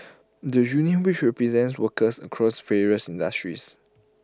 the union which represents workers across various industries